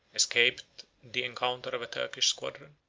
escaped the encounter of a turkish squadron,